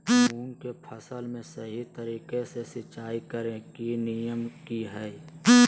मूंग के फसल में सही तरीका से सिंचाई करें के नियम की हय?